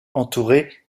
entourée